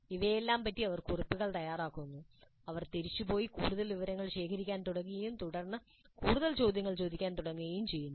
ഇവയെല്ലാം പറ്റി അവർ കുറിപ്പുകൾ ഉണ്ടാക്കുന്നു അവർ തിരിച്ചുപോയി കൂടുതൽ വിവരങ്ങൾ ശേഖരിക്കാൻ തുടങ്ങുകയും തുടർന്ന് കൂടുതൽ ചോദ്യങ്ങൾ ചോദിക്കാൻ തുടങ്ങുകയും ചെയ്യുന്നു